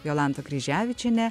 jolanta kryževičienė